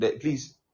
please